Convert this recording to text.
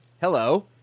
Hello